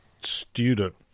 student